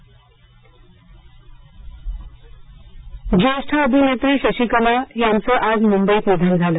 निधन शशिकला ज्येष्ठ अभिनेत्री शशिकला यांचं आज मुंबईत निधन झालं